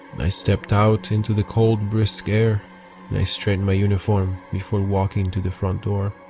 i stepped out into the cold brisk air and i straightened my uniform before walking to the front door.